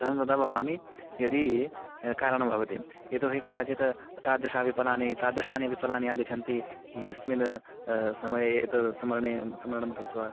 प्रसन्नं तथा भवामि यदी कारणं भवति यतो हि कदाचित् तादृशानि विफलानि तादृशानि विफलानि आगच्छन्ति यस्मिन् समये एतद् स्मरणे स्मरणं कृत्वा